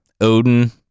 Odin